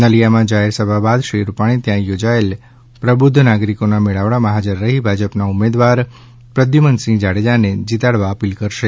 નલિયામાં જાહેરસભા બાદ શ્રી રૂપાણી ત્યાં યોજાયેલ પ્રબુધ્ધ નાગરિકોના મેળાવડામાં હાજર રહી ભાજપના ઉમેદવાર પ્રદ્યુમનસિંહ જાડેજાને જિતાડવા અપીલ કરશે